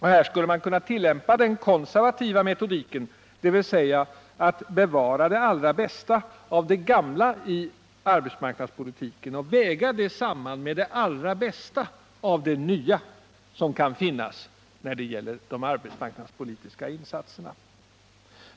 Här skulle man kunna tillämpa den konservativa metodiken, dvs. att bevara det allra bästa av det gamla i arbetsmarknadspolitiken och väga det samman med det allra bästa av det nya som kan finnas när det gäller de arbetsmarknadspolitiska insatserna.